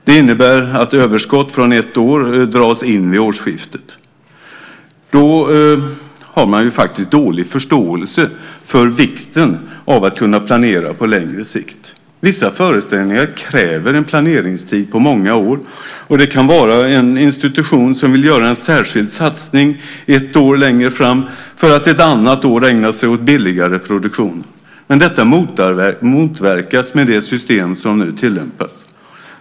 Det innebär att överskott från ett år dras in vid årsskiftet. Det visar att man har dålig förståelse för vikten av att kunna planera på längre sikt. Vissa föreställningar kräver en planeringstid på många år. Det kan också vara en institution som vill göra en särskild satsning ett år längre fram för att ett annat år ägna sig åt billigare produktioner. Men detta motverkas med det system som nu tillämpas.